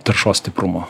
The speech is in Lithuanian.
taršos stiprumo